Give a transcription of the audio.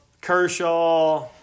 Kershaw